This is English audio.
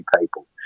people